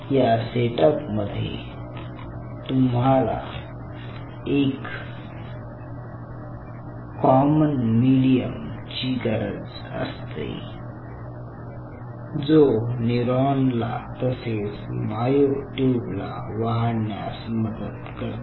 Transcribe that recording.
या सेटअप मध्ये तुम्हाला एका कॉमन मिडीयम ची गरज असते जो न्यूरॉनला तसेच मायोट्यूबला वाढण्यास मदत करते